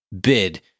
bid